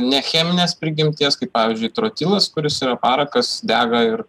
ne cheminės prigimties kaip pavyzdžiui trotilas kuris yra parakas dega ir